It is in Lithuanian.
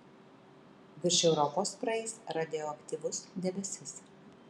virš europos praeis radioaktyvus debesis